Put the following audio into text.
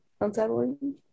unsettling